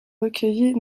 recueillis